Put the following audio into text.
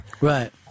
Right